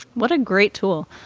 what a great tool.